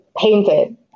painted